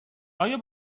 آیا